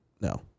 No